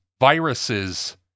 viruses